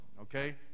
okay